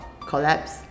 collapse